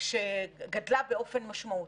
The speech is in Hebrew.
שגדלה באופן משמעותי,